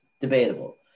debatable